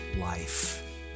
life